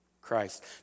Christ